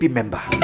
member